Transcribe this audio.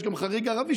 יש גם "חריג ערבי",